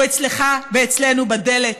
הוא אצלך ואצלנו בדלת.